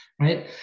right